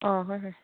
ꯑꯥ ꯍꯣꯏ ꯍꯣꯏ